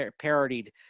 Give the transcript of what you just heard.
parodied